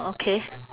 okay